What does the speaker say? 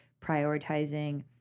prioritizing